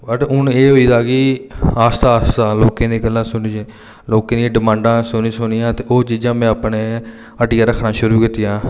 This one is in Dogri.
बट हून एह् होई गेदा कि आस्तै आस्तै लोकें दी गल्लां सुनी लोकें दियां डिमाडां सुनी सुनियै ते ओह् चीजां में अपने हट्टिया रक्खना शुरू कीतियां